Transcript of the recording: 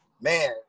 man